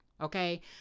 okay